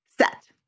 set